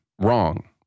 wrong